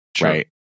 right